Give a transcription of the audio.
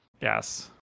yes